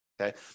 okay